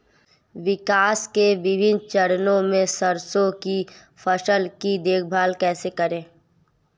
विकास के विभिन्न चरणों में सरसों की फसल की देखभाल कैसे करें?